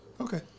Okay